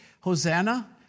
Hosanna